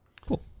cool